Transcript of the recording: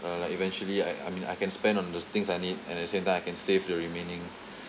uh like eventually I I mean I can spend on those things I need and at the same time I can save the remaining